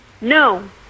No